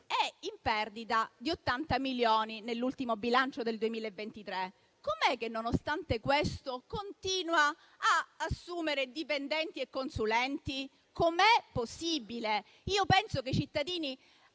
è in perdita di 80 milioni nell'ultimo bilancio del 2023. Com'è che, nonostante questo, continua ad assumere dipendenti e consulenti? Com'è possibile? Penso che i cittadini